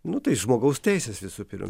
nu tai žmogaus teises visų pirma